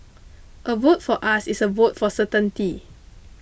a vote for us is a vote for certainty